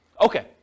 Okay